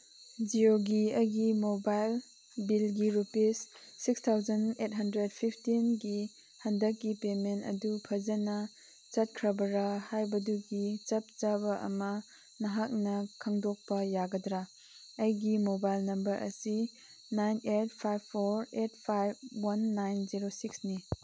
ꯖꯤꯌꯣꯒꯤ ꯑꯩꯒꯤ ꯃꯣꯕꯥꯏꯜ ꯕꯤꯜꯒꯤ rupees six thousand eight hundred ꯐꯤꯞꯇꯤꯟꯒꯤ ꯍꯟꯗꯛꯀꯤ ꯄꯦꯃꯦꯟ ꯑꯗꯨ ꯐꯖꯅ ꯆꯠꯈ꯭ꯔꯕꯔꯥ ꯍꯥꯏꯕꯗꯨꯒꯤ ꯆꯞ ꯆꯥꯕ ꯑꯃ ꯅꯍꯥꯛꯅ ꯈꯪꯗꯣꯛꯄ ꯌꯥꯒꯗ꯭ꯔꯥ ꯑꯩꯒꯤ ꯃꯣꯕꯥꯏꯜ ꯅꯝꯕꯔ ꯑꯁꯤ nine eight five four eight five one nine zero ꯁꯤꯛꯁꯅꯤ